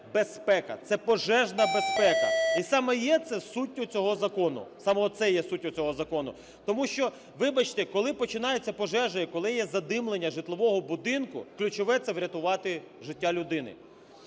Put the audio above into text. це безпека, це пожежна безпека, і саме є це суттю цього закону, саме це є суттю цього закону. Тому що, вибачте, коли починається пожежа, і коли є задимлення житлового будинку, ключове – це врятувати життя людини.